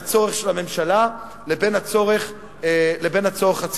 הצורך של הממשלה לבין הצורך הציבורי.